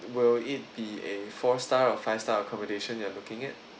will it be a four star or five star accommodation you are looking at